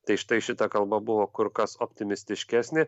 tai štai šita kalba buvo kur kas optimistiškesnė